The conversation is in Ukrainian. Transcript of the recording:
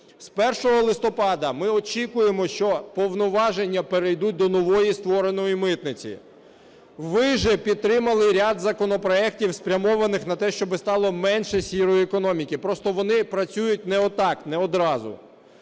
З 1 листопада ми очікуємо, що повноваження перейдуть до нової створеної митниці. Ви ж підтримали ряд законопроектів, спрямованих на те, щоби стало менше "сірої" економіки. Просто вони працюють не отак, не одразу.